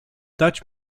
dać